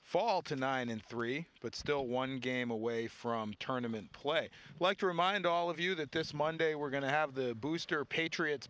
fall to nine in three but still one game away from tournaments play like to remind all of you that this monday we're going to have the booster patriots